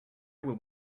will